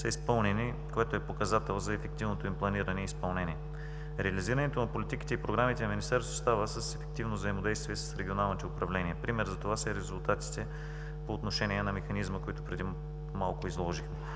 са изпълнени, което е показател за ефективното им планиране и изпълнение. Реализирането на политиките и програмите на министерството става с ефективно взаимодействие с регионалните управления. Пример за това са резултатите по отношение механизма, който преди малко изложихме.